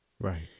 Right